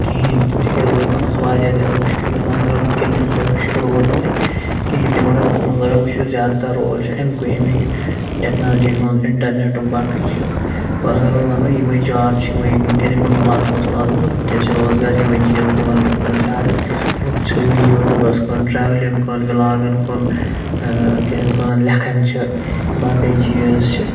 کِہیٖنۍ تِکیٛازِ لُکَن اوس واریاہ زیادٕ مُشکِل گژھان مگر وٕنۍکٮ۪ن چھِنہٕ سُہ مُشکِل روٗدنہٕ وۄنۍ کِہیٖنۍ تہِ مگر أسۍ وٕچھو زیادٕ تَر رول چھُ اَمہِ کُے اَمی ٹیکنالجی ہُنٛد اِنٹَرنٮ۪ٹُک باقٕے چیٖز وۄنۍ اگر وۄنۍ وَنو یِمَے جاب چھِ وٕنۍکٮ۪ن یِمَن مُلازمَت وُلازمَت وٕنۍکٮ۪ن چھِ روزگار یِمَے چیٖز دِوان زیادٕ لُکھ چھِ لٔگۍمٔتۍ یوٗٹیوٗبَس کُن ٹرٛیولِنٛگ کُن وِلاگَن کُن کیٛاہ چھِ اَتھ وَنان لٮ۪کھان چھِ باقٕے چیٖز چھِ